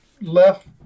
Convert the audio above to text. left